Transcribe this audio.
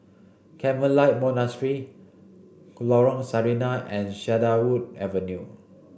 Carmelite Monastery Lorong Sarina and Cedarwood Avenue